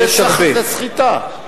זו סחיטה.